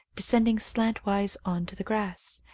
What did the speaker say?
descending slantwise on to the grass.